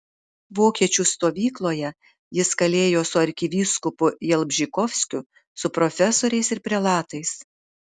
vokiečių stovykloje jis kalėjo su arkivyskupu jalbžykovskiu su profesoriais ir prelatais